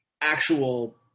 actual